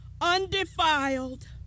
undefiled